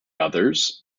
others